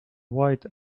white